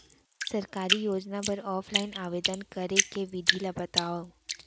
सरकारी योजना बर ऑफलाइन आवेदन करे के विधि ला बतावव